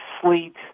sleet